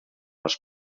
els